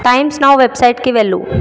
times Now వెబ్సైట్కి వెళ్ళు